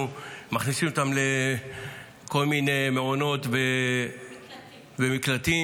מכניסים אותן לכל מיני מעונות ----- מקלטים.